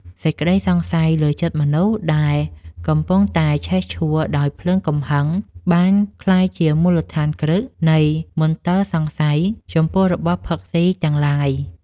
សេចក្តីសង្ស័យលើចិត្តមនុស្សដែលកំពុងតែឆេះឈួលដោយភ្លើងកំហឹងបានក្លាយជាមូលដ្ឋានគ្រឹះនៃមន្ទិលសង្ស័យចំពោះរបស់ស៊ីផឹកទាំងឡាយ។